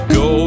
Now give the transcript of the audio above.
go